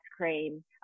cream